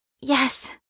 Yes